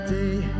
day